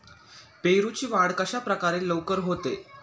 पेरूची वाढ कशाप्रकारे लवकर होते?